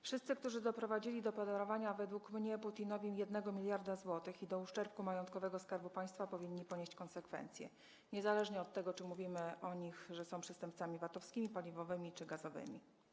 Wszyscy, którzy doprowadzili do według mnie podarowania Putinowi 1 mld zł i do uszczerbku majątkowego Skarbu Państwa, powinni ponieść konsekwencje, niezależnie od tego, czy mówimy o nich, że są przestępcami VAT-owskimi, paliwowymi czy gazowymi.